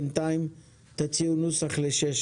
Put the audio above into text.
בינתיים תציעו נוסח לסעיף